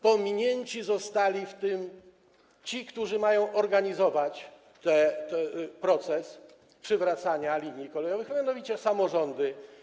Pominięci zostali w tym ci, którzy mają organizować proces przywracania linii kolejowych, a mianowicie samorządy.